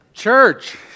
Church